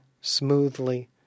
smoothly